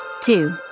Two